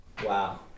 Wow